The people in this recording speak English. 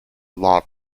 law